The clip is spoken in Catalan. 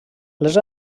les